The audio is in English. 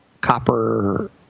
Copper